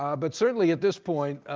um but certainly, at this point,